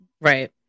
Right